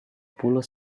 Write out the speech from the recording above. puluh